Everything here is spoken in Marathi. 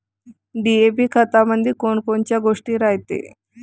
डी.ए.पी खतामंदी कोनकोनच्या गोष्टी रायते?